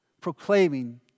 proclaiming